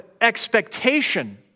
expectation